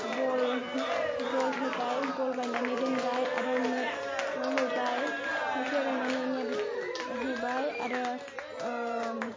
ओमफ्राय बल होबाय बल बायनानै दोनबाय आरो नेट होबाय खुनथिया गायनानै नेट होबाय आरो